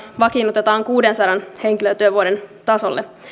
vakiinnutetaan kuudensadan henkilötyövuoden tasolle